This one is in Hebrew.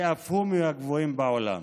שאף הוא מהגבוהים בעולם.